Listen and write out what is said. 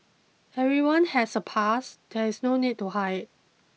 everyone has a past there is no need to hide